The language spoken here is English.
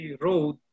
road